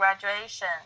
graduation